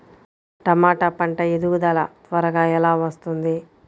టమాట పంట ఎదుగుదల త్వరగా ఎలా వస్తుంది?